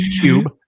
cube